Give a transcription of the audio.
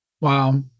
Wow